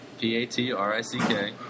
P-A-T-R-I-C-K